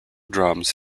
drums